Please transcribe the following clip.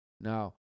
Now